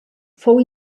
fou